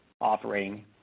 offering